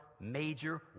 major